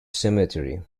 cemetery